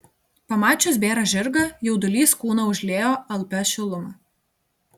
pamačius bėrą žirgą jaudulys kūną užliejo alpia šiluma